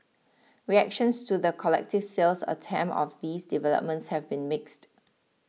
reactions to the collective sales attempt of these developments have been mixed